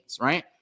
right